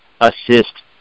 assist